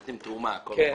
נותנים תרומה כל חודש,